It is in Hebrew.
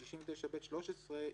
בסעיף 69ב13,